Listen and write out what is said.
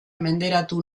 menderatu